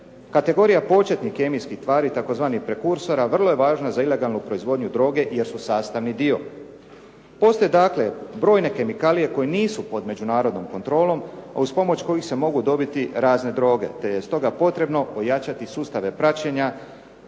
Kategorija početnih kemijskih tvari tzv. prekursora vrlo je važna za ilegalnu proizvodnju droge jer su sastavni dio. Postoje dakle, brojne kemikalije koje nisu pod međunarodnom kontrolom, a uz pomoć kojih se mogu dobiti razne droge te je stoga potrebno pojačati sustave praćenja